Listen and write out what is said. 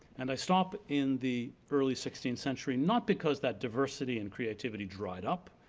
and i stop in the early sixteenth century, not because that diversity and creativity dried up,